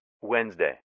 Wednesday